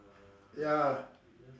ya